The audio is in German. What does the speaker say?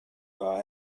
war